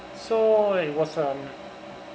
so it was um